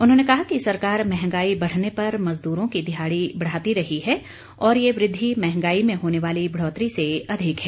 उन्होंने कहा कि सरकार महंगाई बढ़ने पर मजदूरों की दिहाड़ी बढ़ाती रही है और यह वृद्धि महंगाई में होने वाली बढ़ोतरी से अधिक है